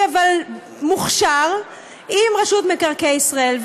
כאילו-לא-חוקי-אבל-מוכשר עם רשות מקרקעי ישראל.